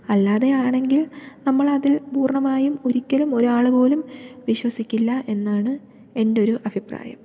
അല്ലാതെ ആണെങ്കിൽ നമ്മളതിൽ പൂർണ്ണമായും ഒരിക്കലും ഒരാൾ പോലും വിശ്വസിക്കില്ല എന്നാണ് എൻറ്റൊരു അഭിപ്രായം